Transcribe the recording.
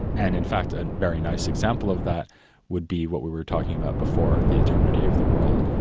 and in fact, a very nice example of that would be what we were talking about before the eternity of the world.